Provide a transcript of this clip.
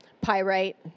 Pyrite